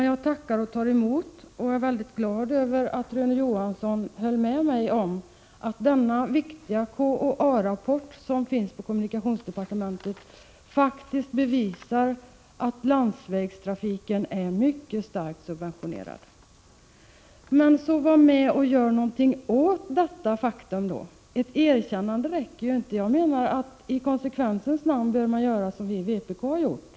Jag tackar och tar emot och är glad över att Rune Johansson höll med mig om att denna viktiga KAA-rapport som finns på kommunikationsdeparte mentet faktiskt bevisar att landsvägstrafiken är mycket starkt subventionerad. Men var då med och gör något åt detta faktum! Ett erkännande räcker ju inte. I konsekvensens namn bör man göra som vi i vpk har gjort.